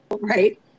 right